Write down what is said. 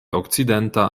okcidenta